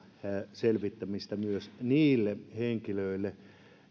selvittämistä myös niiden henkilöiden kohdalle